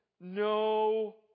no